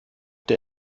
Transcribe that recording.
der